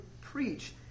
preach